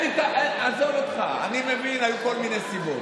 עזוב אותך, אני מבין שהיו כל מיני סיבות.